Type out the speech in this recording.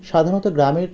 সাধারণত গ্রামের